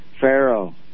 Pharaoh